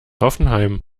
hoffenheim